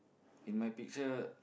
in my picture